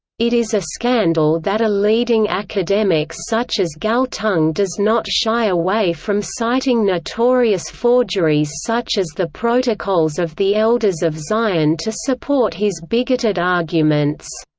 it is a scandal that a leading academics such as galtung does not shy away from citing notorious forgeries such as the protocols of the elders of zion to support his bigoted arguments.